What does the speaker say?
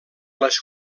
les